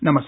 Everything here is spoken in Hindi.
नमस्कार